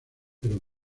pero